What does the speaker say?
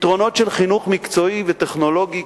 פתרונות של חינוך מקצועי וטכנולוגי,